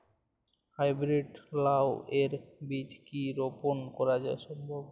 High breed লাও এর বীজ কি রোপন করা সম্ভব?